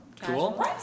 Cool